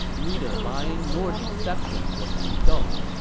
neither lying nor deception was condoned.